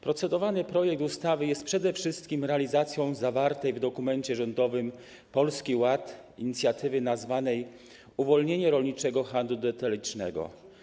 Procedowany projekt ustawy jest przede wszystkim realizacją zawartej w dokumencie rządowym Polski Ład inicjatywy nazwanej: uwolnienie rolniczego handlu detalicznego.